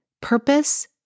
Purpose